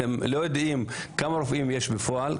אתם לא יודעים כמה רופאים יש בפועל,